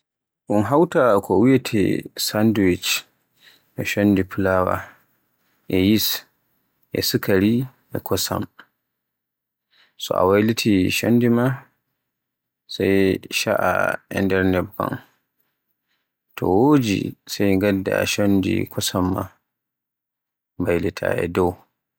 Un hawta ko wiyeete sandwich e chondi fulaawa, e yis, e sukaari, e kosam. So a wayliti chondi maa sey caa e nder nebban. To woji sey ngadda chondi kosam maa mbaylita e dow.